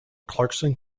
clarkson